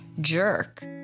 jerk